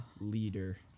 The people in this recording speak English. leader